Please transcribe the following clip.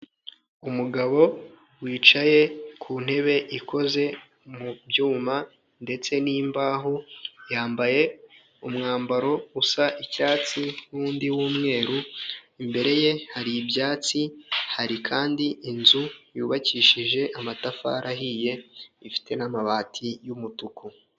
Umugabo wicaye ku ntebe ikoze mu byuma ndetse n'imbaho ,yambaye umwambaro usa icyatsi n'undi w'umweru, imbere ye hari ibyatsi hari kandi inzu yubakishije amatafari ahiye ifite n'amabati y'umutuku.